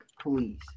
please